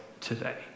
today